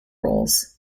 rolls